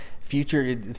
Future